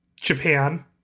Japan